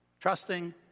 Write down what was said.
Trusting